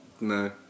No